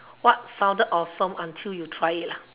what sounded awesome until you try it lah